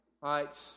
right